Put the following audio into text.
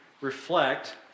reflect